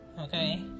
Okay